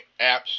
apps